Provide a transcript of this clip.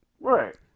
Right